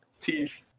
teeth